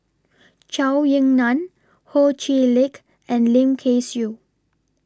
Zhou Ying NAN Ho Chee Lick and Lim Kay Siu